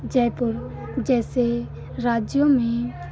जयपुर जैसे राज्यों में